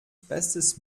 bestes